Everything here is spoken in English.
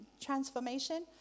transformation